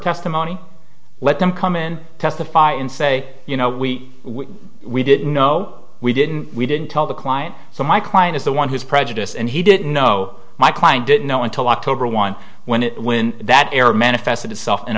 testimony let them come in testify and say you know we we we didn't know we didn't we didn't tell the client so my client is the one who's prejudiced and he didn't know my client didn't know until october one when it when that error manifested itself in